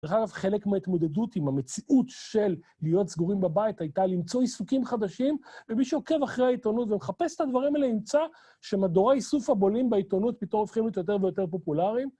דרך אגב חלק מההתמודדות עם המציאות של להיות סגורים בבית, הייתה למצוא עיסוקים חדשים, ומי שעוקב אחרי העיתונות ומחפש את הדברים האלה ימצא, שמדורי איסוף הבולים בעיתונות פתאום הופכים להיות יותר ויותר פופולריים.